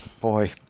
boy